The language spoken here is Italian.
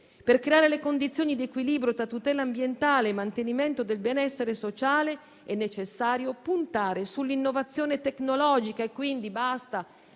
Per creare le condizioni di equilibrio tra tutela ambientale e mantenimento del benessere sociale è necessario puntare sull'innovazione tecnologica. Quindi, basta